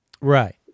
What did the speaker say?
Right